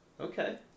okay